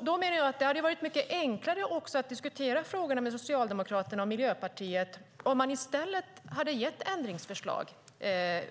Jag menar att det hade varit mycket enklare att diskutera frågorna med Socialdemokraterna och Miljöpartiet om man i stället hade gett ändringsförslag